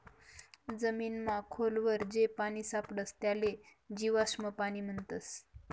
जमीनमा खोल वर जे पानी सापडस त्याले जीवाश्म पाणी म्हणतस